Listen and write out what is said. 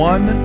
One